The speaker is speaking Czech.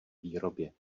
výrobě